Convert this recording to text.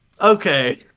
Okay